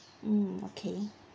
mm okay